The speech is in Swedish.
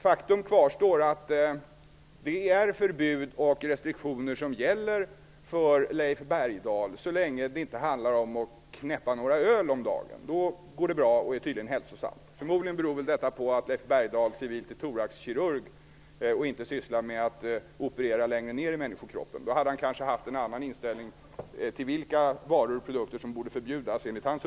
Faktum kvarstår att det är förbud och restriktioner som gäller för Leif Bergdahl, så länge det inte handlar om att knäcka några öl om dagen. Det går bra och är tydligen hälsosamt. Förmodligen beror det på att Leif Bergdahl civilt är thoraxkirurg och inte sysslar med att operera längre ner i människokroppen. Då hade han kanske haft en annan inställning till vilka varor och produkter som borde förbjudas.